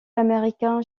américain